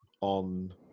on